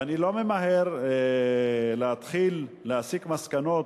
ואני לא ממהר להתחיל להסיק מסקנות.